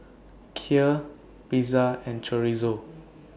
Kheer Pizza and Chorizo